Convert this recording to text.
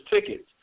tickets